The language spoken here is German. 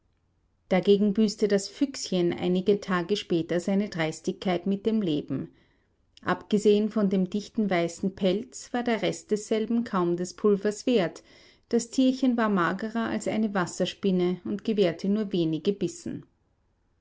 dagegen büßte das füchschen einige tage später seine dreistigkeit mit dem leben abgesehen von dem dichten weißen pelz war der rest desselben kaum des pulvers wert das tierchen war magerer als eine wasserspinne und gewährte nur wenige bissen